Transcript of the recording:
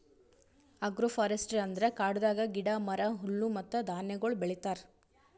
agro forestry ಅಂದುರ್ ಕಾಡದಾಗ್ ಗಿಡ, ಮರ, ಹುಲ್ಲು ಮತ್ತ ಧಾನ್ಯಗೊಳ್ ಬೆಳಿತಾರ್